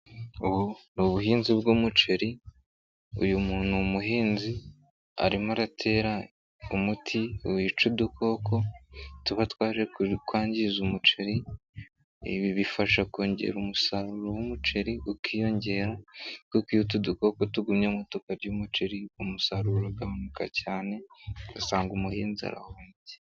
Ubu n'ubuhinzi bw'umuceri uyu muntu n'umuhinzi arimo aratera umuti wica udukoko tuba twaje kwangiza umuceri ibi bifasha kongera umusaruro w'umuceri ukiyongera kuko iyo utu dukoko tugumye tukarya umuceri umusaruro uragabanuka cyane ugasanga umuhinzi arahombye.